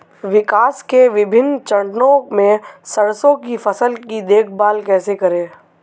विकास के विभिन्न चरणों में सरसों की फसल की देखभाल कैसे करें?